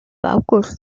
august